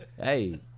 Hey